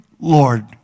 Lord